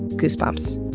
goosebumps.